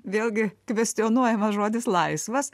vėlgi kvestionuojamas žodis laisvas